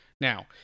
Now